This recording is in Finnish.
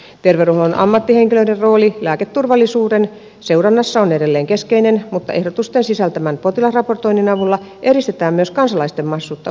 terveydenhuollon ammattihenkilöiden rooli lääketurvallisuuden seurannassa on edelleen keskeinen mutta ehdotusten sisältämän potilasraportoinnin avulla edistetään myös kansalaisten mahdollisuutta osallistua lääketurvatoimintaan